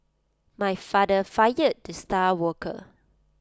my father fired the star worker